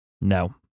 No